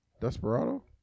Desperado